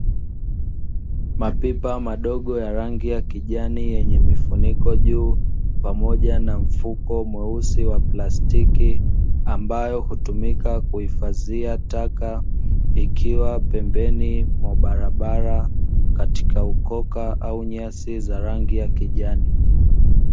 Mapipa madogo ya rangi ya kijani, yenye mifuniko juu pamoja na mfuko mweusi wa plastiki ambao hutumika katika kuhifadhia taka, ikiwa pembeni mwa barabara katika ukoka au nyasi za rangi ya kijani.